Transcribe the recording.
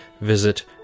visit